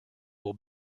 will